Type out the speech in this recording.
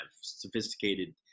sophisticated